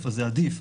זה עדיף.